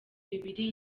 bibiri